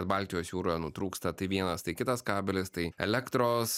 baltijos jūroje nutrūksta tai vienas tai kitas kabelis tai elektros